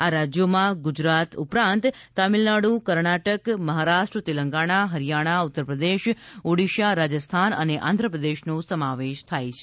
આ રાજ્યોમાં ગુજરાત ઉપરાંત તમિલનાડુ કર્ણાટક મહારાષ્ટ્ર તેલંગણા હરિયાણા ઉત્તરપ્રદેશ ઓડિસા રાજસ્થાન અને આંધ્રપ્રદેશનો સમાવેશ થાય છે